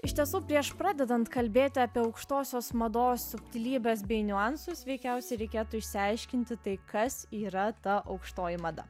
iš tiesų prieš pradedant kalbėti apie aukštosios mados subtilybes bei niuansus veikiausiai reikėtų išsiaiškinti tai kas yra ta aukštoji mada